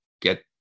get